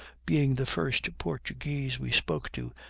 being the first portuguese we spoke to,